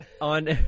on